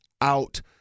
out